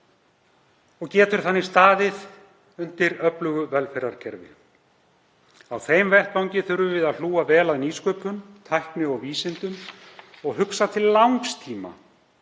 og getur þannig staðið undir öflugu velferðarkerfi. Á þeim vettvangi þurfum við að hlúa vel að nýsköpun, tækni og vísindum og hugsa til langs tíma.